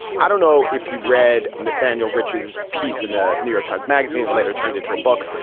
i don't know if you read nathaniel rich's piece in the new york times magazine later turned into a book,